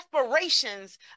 aspirations